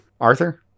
Arthur